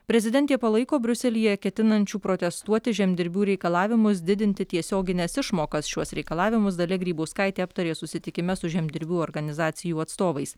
prezidentė palaiko briuselyje ketinančių protestuoti žemdirbių reikalavimus didinti tiesiogines išmokas šiuos reikalavimus dalia grybauskaitė aptarė susitikime su žemdirbių organizacijų atstovais